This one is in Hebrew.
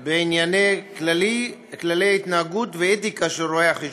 בענייני כללי התנהגות ואתיקה של רואי-חשבון.